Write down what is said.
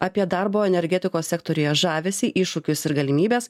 apie darbo energetikos sektoriuje žavesį iššūkius ir galimybes